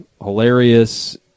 hilarious